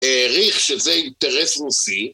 ‫העריך שזה אינטרס רוסי.